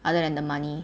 other than the money